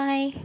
Bye